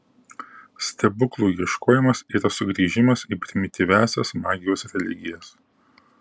stebuklų ieškojimas yra sugrįžimas į primityviąsias magijos religijas